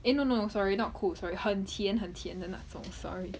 eh no no sorry not 苦 sorry 很甜很甜的那种 sorry